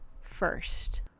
first